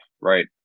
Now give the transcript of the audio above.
right